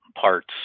parts